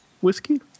whiskey